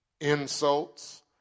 insults